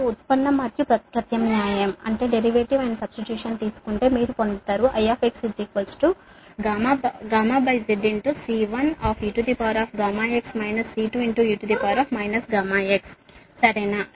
మీరు ఉత్పన్నం మరియు ప్రత్యామ్నాయం తీసుకుంటే మీరు పొందుతారు I zC1eγx C2e γx సరేనా